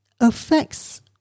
affects